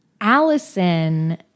Allison